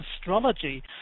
astrology